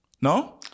No